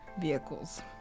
vehicles